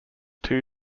two